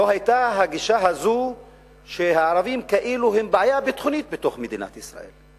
לא היתה הגישה הזאת שהערבים הם כאילו בעיה ביטחונית בתוך מדינת ישראל?